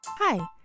Hi